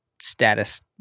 status